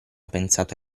pensato